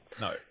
No